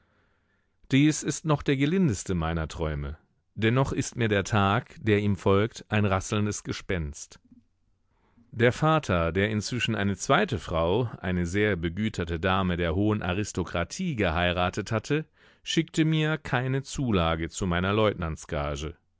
dies ist noch der gelindeste meiner träume dennoch ist mir der tag der ihm folgt ein rasselndes gespenst der vater der inzwischen eine zweite frau eine sehr begüterte dame der hohen aristokratie geheiratet hatte schickte mir keine zulage zu meiner leutnantsgage